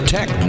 Tech